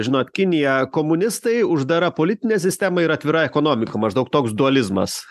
žinot kinija komunistai uždara politinė sistema ir atvira ekonomika maždaug toks dualizmas